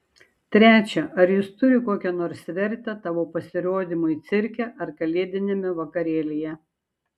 trečia ar jis turi kokią nors vertę tavo pasirodymui cirke ar kalėdiniame vakarėlyje